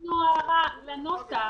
תיקון לנוסח.